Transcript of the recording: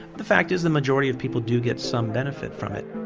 the fact is the majority of people do get some benefit from it.